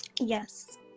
yes